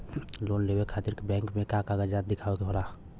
Loan लेवे खातिर bank मे का कागजात दिखावे के होला?